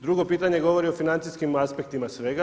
Drugo pitanje govori o financijskim aspektima svega.